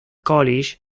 college